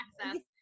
access